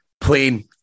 plain